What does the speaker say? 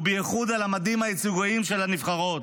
ובייחוד על המדים הייצוגיים של הנבחרות.